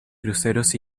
cruceros